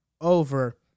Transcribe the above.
over